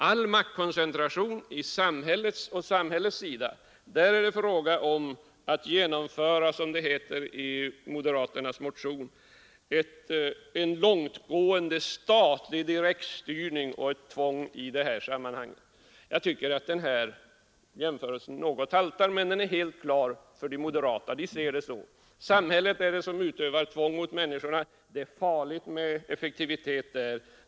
All maktkoncentration på samhällets sida går ut på att genomföra — som det heter i moderaternas motion — en långtgående statlig direktstyrning, ett tvång. Jag tycker att den här jämförelsen något haltar, men den är helt klar för de moderata. De ser det så. Samhället utövar tvång mot människorna; det är farligt med effektivitet där.